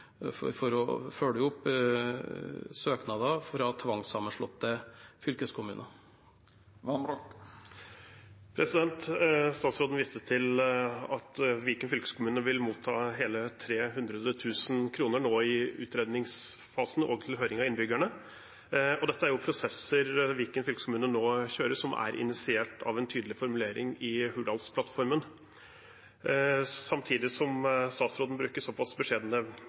Viken fylkeskommune vil motta hele 300 000 kr nå i utredningsfasen og til høring av innbyggerne. Disse prosessene som Viken fylkeskommune nå kjører, er initiert av en tydelig formulering i Hurdalsplattformen. Samtidig som statsråden bruker såpass beskjedne